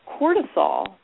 cortisol